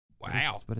Wow